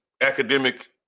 academic